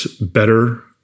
better